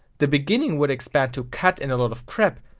the beginning would expand to cat and a lot of crap,